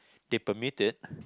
they permit it